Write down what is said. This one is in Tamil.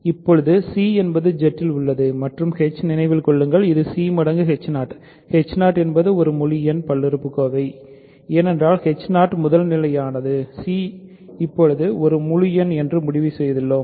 இப்போது c என்பது Z இல் உள்ளது மற்றும் h நினைவில் கொள்ளுங்கள் இது c மடங்கு என்பது ஒரு முழு எண் பல்லுறுப்புக்கோவை ஏனென்றால் h 0 முதல்நிலையானது c இப்போது ஒரு முழு எண் என்று முடிவு செய்துள்ளோம்